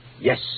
Yes